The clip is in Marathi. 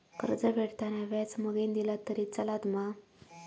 कर्ज फेडताना व्याज मगेन दिला तरी चलात मा?